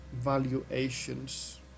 valuations